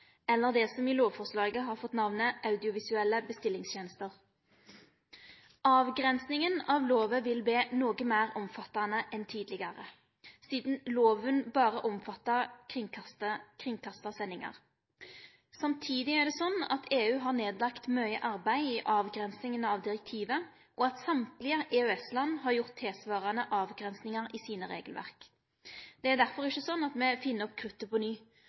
eller det som i lovforslaget har fått namnet audiovisuelle bestillingstenester. Avgrensinga av loven vil verte noko meir omfattande enn tidlegare, sidan loven berre omfattar kringkasta sendingar. Samtidig er det slik at EU har lagt ned mykje arbeid i avgrensinga av direktivet, og at alle EØS-landa har gjort tilsvarande avgrensingar i sine regelverk. Det er derfor ikkje slik at me finn opp krutet på ny,